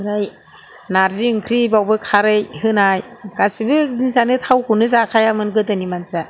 ओमफ्राय नारजि ओंख्रि बावबो खारै होनाय गासिबो जिनिसआनो थावखौनो जाखायामोन गोदोनि मानसिया